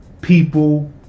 people